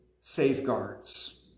safeguards